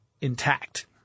intact